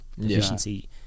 Efficiency